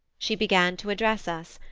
she began to address us,